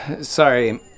sorry